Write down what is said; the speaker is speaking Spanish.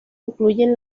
incluyen